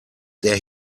der